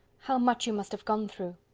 how much you must have gone through!